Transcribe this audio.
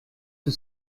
que